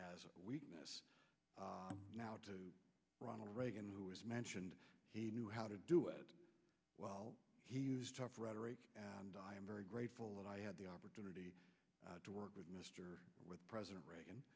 a weakness now to ronald reagan who was mentioned he knew how to do it well he used tough rhetoric and i am very grateful that i had the opportunity to work with mr with president reagan